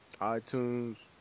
iTunes